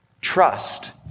trust